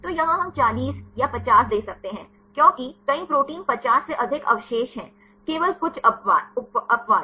तो यहां हम 40 या 50 दे सकते हैं क्योंकि कई प्रोटीन 50 से अधिक अवशेष हैं केवल कुछ अपवाद